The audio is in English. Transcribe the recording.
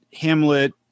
Hamlet